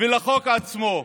ולחוק עצמו.